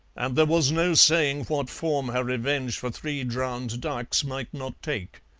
and there was no saying what form her revenge for three drowned ducks might not take.